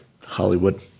Hollywood